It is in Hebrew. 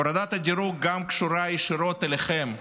הורדת הדירוג קשורה ישירות גם אליכם,